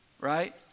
right